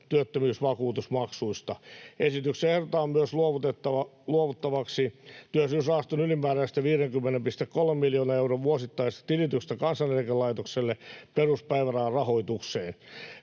työttömyysvakuutusmaksuista. Esityksessä ehdotetaan myös luovuttavaksi Työllisyysrahaston ylimääräisestä 50,3 miljoonan euron vuosittaisesta tilityksestä Kansaneläkelaitokselle peruspäivärahan rahoitukseen.